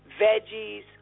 veggies